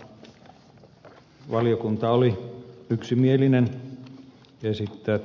tämä valiokunta oli yksimielinen esittää